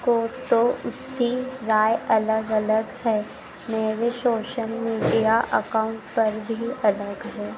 को तो उसी राय अलग अलग है मेरे सोशल मीडिया अकाउंट पर भी अलग है